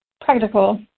practical